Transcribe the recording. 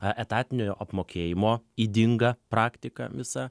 a etatinio apmokėjimo ydinga praktika visa